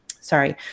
sorry